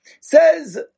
Says